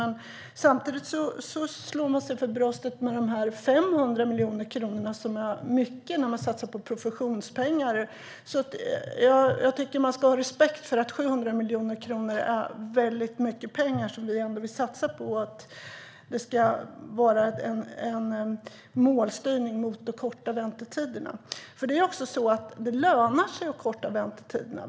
Men samtidigt slår man sig för bröstet för att man satsar 500 miljoner i professionspengar. Jag tycker att man ska ha respekt för att 700 miljoner är mycket pengar, och det vill vi satsa på en målstyrning mot att korta väntetiderna. Det lönar sig att korta väntetiderna.